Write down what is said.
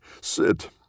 Sit